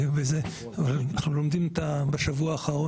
אנחנו לומדים בשבוע האחרון,